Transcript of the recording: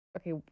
Okay